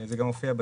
זה גם מופיע בצו.